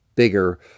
bigger